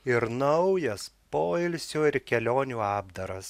ir naujas poilsio ir kelionių apdaras